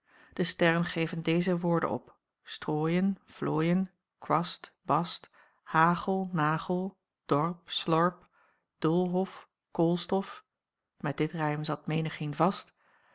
de sterren geven deze woorden op strooien vlooien kwast bast hagel nagel dorp slorp doolhof koolstof met dit rijm zat menigeen vast